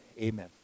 Amen